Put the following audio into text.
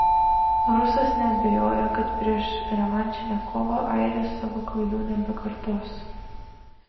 rusas neabejoja kad prieš revanšinę kovą airis savo klaidų nebekartos